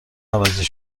عوضی